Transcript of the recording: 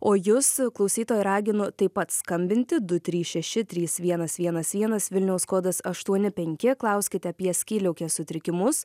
o jus klausytojai raginu taip pat skambinti du trys šeši trys vienas vienas vienas vilniaus kodas aštuoni penki klauskite apie skydliaukės sutrikimus